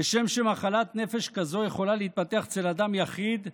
כשם שמחלת נפש כזאת יכולה להתפתח אצל אדם יחיד,